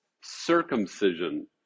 circumcision